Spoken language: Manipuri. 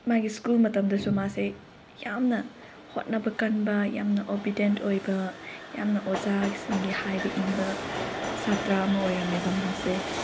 ꯃꯥꯒꯤ ꯁ꯭ꯀꯨꯜ ꯃꯇꯝꯗꯁꯨ ꯃꯥꯁꯦ ꯌꯥꯝꯅ ꯍꯣꯠꯅꯕ ꯀꯟꯕ ꯌꯥꯝꯅ ꯑꯣꯕꯤꯗꯦꯟ ꯑꯣꯏꯕ ꯌꯥꯝꯅ ꯑꯣꯖꯥꯁꯤꯡꯒꯤ ꯍꯥꯏꯕ ꯏꯟꯕ ꯁꯥꯇ꯭ꯔ ꯑꯃ ꯑꯣꯏꯔꯝꯃꯦꯕ ꯃꯥꯁꯦ